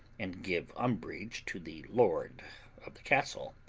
and give umbrage to the lord of the castle.